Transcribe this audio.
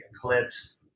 eclipse